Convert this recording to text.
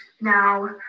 Now